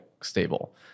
stable